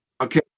okay